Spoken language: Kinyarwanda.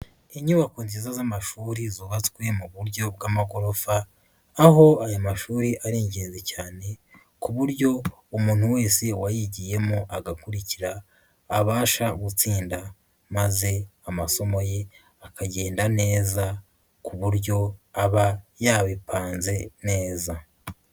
Inyubako nziza z'amashuri zubatswe mu buryo bw'amagorofa, aho aya mashuri ari ingenzi cyane ku buryo umuntu wese wayigiyemo agakurikira, abasha gutsinda. Maze amasomo ye akagenda neza ku buryo aba yabipanze neza.